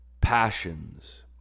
passions